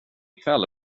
kväll